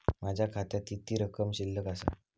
माझ्या खात्यात किती रक्कम शिल्लक आसा?